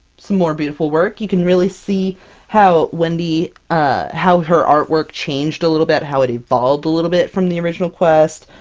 some more beautiful work, you can really see how wendy how her artwork changed a little bit how it evolved a little bit from the original quest.